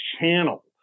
channel